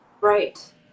Right